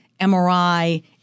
MRI